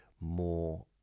more